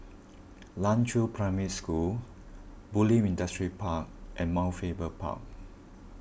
Nan Chiau Primary School Bulim Industrial Park and Mount Faber Park